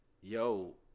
Yo